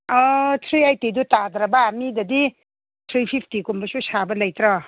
ꯑꯣ ꯊ꯭ꯔꯤ ꯑꯥꯏꯇꯤꯗꯨ ꯇꯥꯗ꯭ꯔꯕ ꯃꯤꯗꯗꯤ ꯊ꯭ꯔꯤ ꯐꯤꯞꯇꯤꯒꯨꯝꯕꯁꯨ ꯁꯥꯕ ꯂꯩꯇ꯭ꯔꯣ